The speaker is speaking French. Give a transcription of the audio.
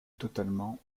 totalement